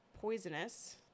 poisonous